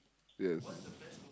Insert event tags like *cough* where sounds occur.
yes *breath*